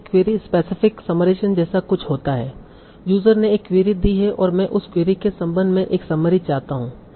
यह एक query specific summarisation जैसा कुछ होता है यूजर ने एक क्वेरी दी है और मैं उस क्वेरी के संबंध में एक समरी चाहता हूं